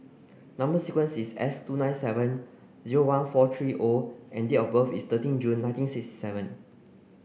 number sequence is S two nine seven zero one four three O and date of birth is thirteen June nineteen six seven